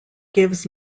gives